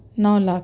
نو lakh